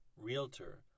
realtor